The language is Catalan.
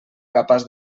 capaç